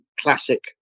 classic